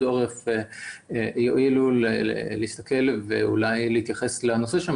העורף יקראו אותם ואולי גם יוכלו להתייחס אליהם.